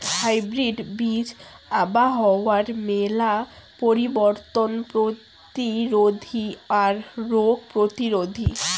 hybrid বীজ আবহাওয়ার মেলা পরিবর্তন প্রতিরোধী আর রোগ প্রতিরোধী